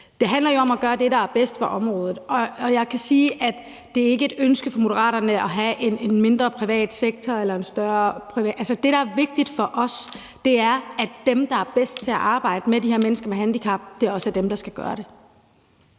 Det handler jo om at gøre det, der er bedst for området, og jeg kan sige, at det ikke er et ønske fra Moderaterne at have en mindre eller en større privat sektor. Det, der er vigtigt for os, er, at dem, der er bedst til at arbejde med de her mennesker med handicap, også er dem, der skal gøre det.